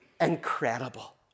incredible